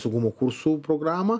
saugumo kursų programą